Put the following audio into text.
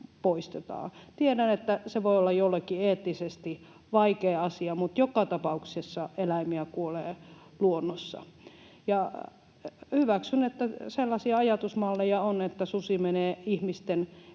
Tiedän, että se voi olla jollekin eettisesti vaikea asia, mutta joka tapauksessa eläimiä kuolee luonnossa. Hyväksyn, että sellaisia ajatusmalleja on, että susi menee ihmisten